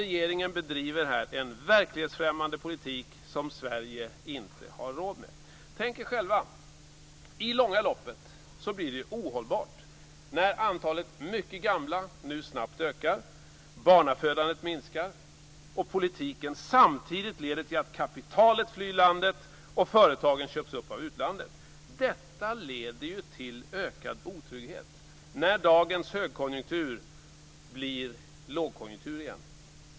Regeringen bedriver här en verklighetsfrämmande politik som Sverige inte har råd med. Tänk er själva! I det långa loppet blir det ohållbart när antalet mycket gamla nu snabbt ökar, barnafödandet minskar och politiken samtidigt leder till att kapitalet flyr landet och företagen köps upp av utlandet. Detta leder till ökad otrygghet när dagens högkonjunktur blir lågkonjunktur igen.